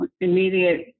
immediate